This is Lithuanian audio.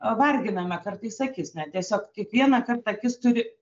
varginame kartais akis ne tiesiog kiekvieną kartą akis turi